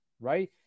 right